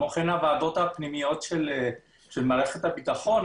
כמו כן הוועדות הפנימיות של מערכת הביטחון,